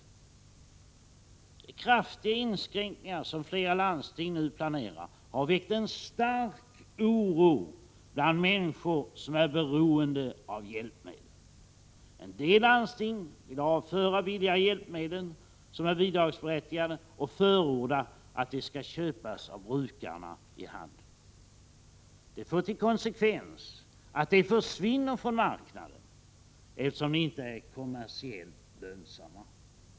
De kraftiga inskränkningar som flera landsting nu planerar har väckt en stark oro bland människor som är beroende av hjälpmedel. En del landsting vill avföra de billigare hjälpmedel som är bidragsberättigade och förorda att de skall köpas av brukarna i handeln. Det får till konsekvens att de försvinner från marknaden, eftersom de inte är kommersiellt lönsamma.